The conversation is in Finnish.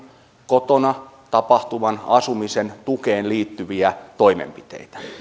kotona tapahtuvan asumisen tukeen liittyviä toimenpiteitä